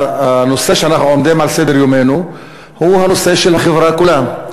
הנושא שעומד על סדר-יומנו הוא הנושא של החברה כולה,